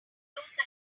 blues